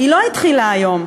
לא התחילה היום.